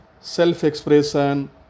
self-expression